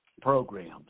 programs